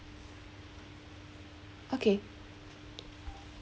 okay